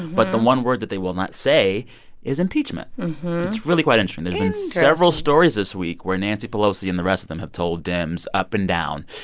but the one word that they will not say is impeachment. it's really quite interesting interesting several stories this week where nancy pelosi and the rest of them have told dems up and down,